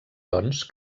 doncs